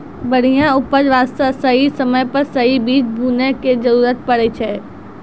बढ़िया उपज वास्तॅ सही समय पर सही बीज बूनै के जरूरत पड़ै छै